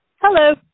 Hello